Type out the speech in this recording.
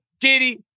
giddy